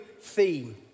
theme